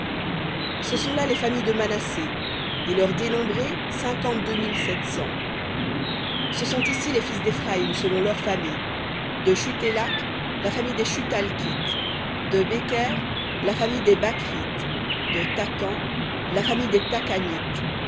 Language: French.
ce sont là les familles de manassé et leurs dénombrés cinquante-deux mille sept cents ce sont ici les fils d'éphraïm selon leurs familles de shuthélakh la famille des shuthalkhites de béker la famille des bacrites de thakhan la famille des